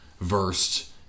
versed